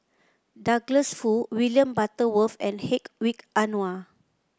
Douglas Foo William Butterworth and Hedwig Anuar